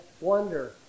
wonder